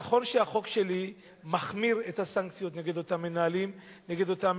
נכון שהחוק שלי מחמיר את הסנקציות נגד אותם מנהלי מוסדות,